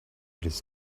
his